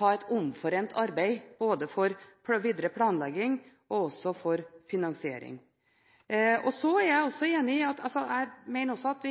ha et omforent arbeid, både for videre planlegging og for finansiering. Så mener jeg også at